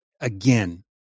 Again